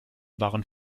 waren